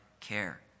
care